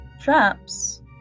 traps